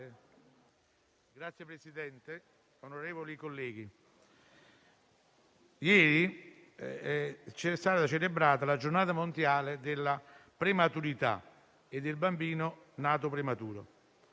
Signor Presidente, onorevoli colleghi, ieri è stata celebrata la Giornata mondiale della prematurità e del bambino nato prematuro.